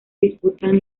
disputan